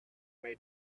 the